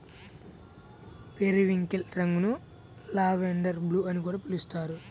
periwinkle రంగును lavender blue అని కూడా పిలుస్తారు